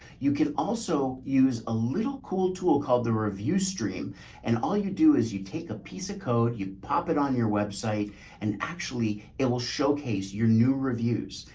you can also use a little cool tool called the review stream and all you do is you take a piece of code, you pop it on your website and actually it will showcase your new reviews.